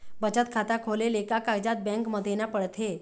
बचत खाता खोले ले का कागजात बैंक म देना पड़थे?